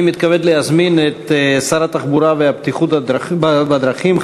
אני מתכבד להזמין את שר התחבורה והבטיחות בדרכים,